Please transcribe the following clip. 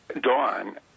Dawn